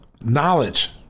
knowledge